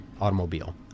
automobile